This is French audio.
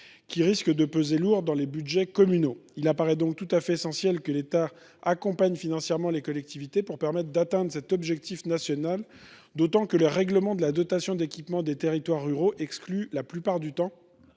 qui risquent de peser lourd dans les budgets communaux. Il apparaît donc tout à fait essentiel que l’État accompagne financièrement les collectivités pour permettre d’atteindre cet objectif national, d’autant que les règlements de la dotation d’équipement des territoires ruraux (DETR) excluent la plupart du temps